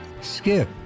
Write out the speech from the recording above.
Skip